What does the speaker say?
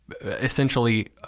essentially